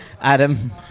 Adam